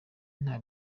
nta